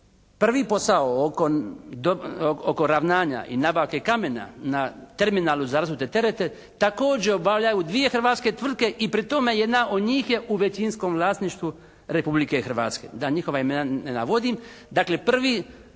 Prvi posao oko ravnanja i nabavke kamena na terminalu za rasute terete također obavljaju dvije hrvatske tvrtke i pri tome jedna od njih je u većinskom vlasništvu Republike Hrvatske. Da njihova imena ne navodim. Dakle prvi